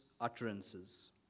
utterances